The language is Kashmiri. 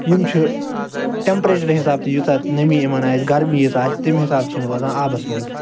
یِم چھِ ٹیٚمپریچرٕ حِسابہ یُس اتھ نمی یِوان آسہِ گرمی یِژھ آسہِ تمہ حِساب چھِ یِم روزان آبَس مَنٛز